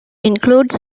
includes